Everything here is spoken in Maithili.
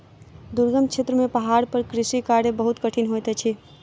दुर्गम क्षेत्र में पहाड़ पर कृषि कार्य बहुत कठिन होइत अछि